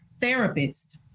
therapist